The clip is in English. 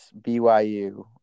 byu